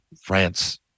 France